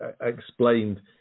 explained